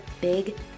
big